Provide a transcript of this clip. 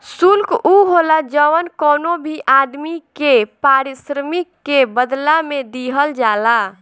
शुल्क उ होला जवन कवनो भी आदमी के पारिश्रमिक के बदला में दिहल जाला